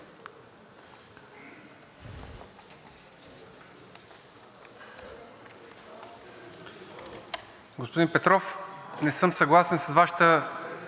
Господин Петров, не съм съгласен с Вашето